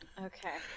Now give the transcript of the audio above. Okay